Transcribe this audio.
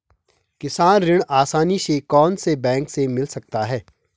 किसान ऋण आसानी से कौनसे बैंक से मिल सकता है?